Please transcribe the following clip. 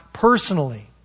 Personally